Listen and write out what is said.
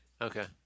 Okay